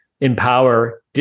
empower